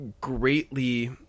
greatly